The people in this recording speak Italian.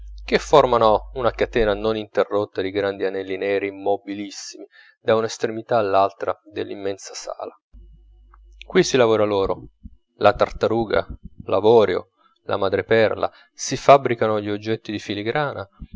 che formano una catena non interrotta di grandi anelli neri mobilissimi da una estremità all'altra dell'immensa sala qui si lavora l'oro la tartaruga l'avorio la madreperla si fabbricano gli oggetti di filigrana